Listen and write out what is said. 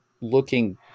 looking